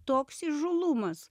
toks įžūlumas